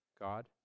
God